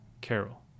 Carol